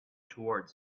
towards